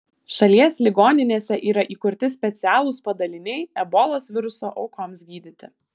šalies ligoninėse yra įkurti specialūs padaliniai ebolos viruso aukoms gydyti